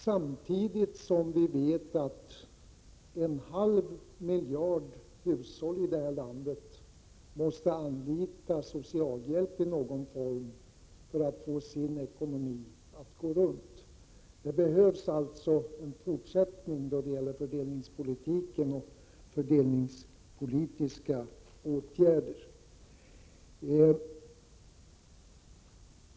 Samtidigt vet vi att en halv miljon hushåll i detta land måste anlita socialhjälp i någon form för att få sin ekonomi att gå ihop. Det behövs alltså en fortsättning av fördelningspolitiken och det behövs fördelnings politiska åtgärder.